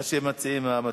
מה שמציעים המציעים.